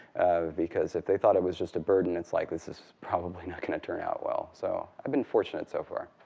because if they thought it was just a burden, it's like this is probably not going to turn out well. so i've been fortunate so far.